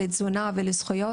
לתזונה ולזכויות.